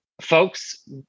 folks